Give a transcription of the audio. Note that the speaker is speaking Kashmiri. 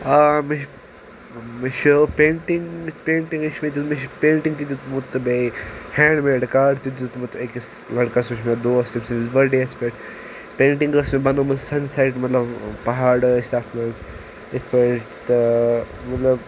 آ مٚے چھُ مٚے چھُ پینٛٹِنٛگ پینٛٹِنٛگٕے چھُ مےٚ دیُتمُت مٚے چھُ پینٛٹِنٛگ تہ دیُتمُت تہ بییہ ہینٔڈ میڈ کاڑ تہ دیُتمُت أکِس لٔڑکس سُہ چھُ مٚے دوس تٔمۍ سنٛدِس برتھ ڈے یَس پیٹھ پینٛٹِنٛگ ٲس مےٚ بنٲومٕژ سَن سیٹ مطلب پہاڑ ٲسۍ تتھ منٛز اِتھ پٲٹھۍ تہ مطلب